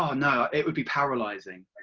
um no, it would be paralysing.